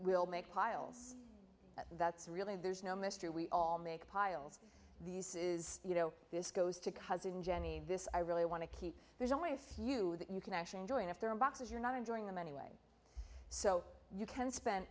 will make piles that's really there's no mystery we all make piles these is you know this goes to cousin jenny this i really want to keep there's only a few that you can actually enjoy and if there are boxes you're not enjoying them anyway so you can spend